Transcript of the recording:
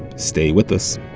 stay with us